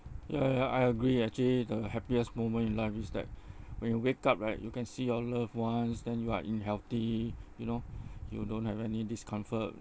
ya ya ya I agree actually the happiest moment in life is that when you wake up right you can see your loved ones then you are in healthy you know you don't have any discomfort